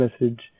message